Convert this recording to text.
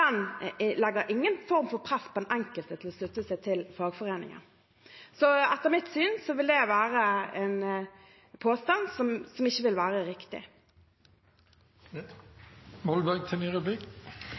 enkelte til å slutte seg til fagforeningen. Etter mitt syn vil det være en påstand som ikke vil være riktig.